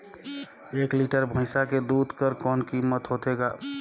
एक लीटर भैंसा के दूध कर कौन कीमत होथे ग?